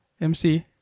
MC